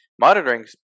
monitoring